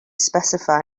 specify